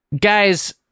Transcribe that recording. Guys